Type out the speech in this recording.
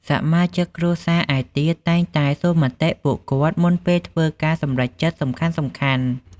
សមាជិកគ្រួសារឯទៀតតែងតែសួរមតិពួកគាត់ មុនពេលគេធ្វើការសម្រេចចិត្តសំខាន់ៗ។